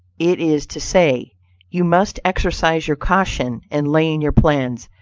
it is to say you must exercise your caution in laying your plans,